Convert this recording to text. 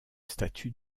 statut